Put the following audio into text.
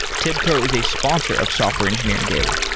tibco is a sponsor of software engineering daily